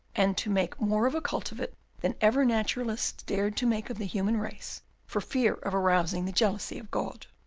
and to make more of a cult of it than ever naturalists dared to make of the human race for fear of arousing the jealousy of god.